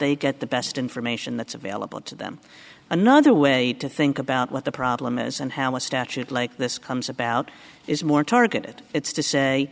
they get the best information that's available to them another way to think about what the problem is and how a statute like this comes about is more targeted it's to say